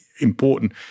important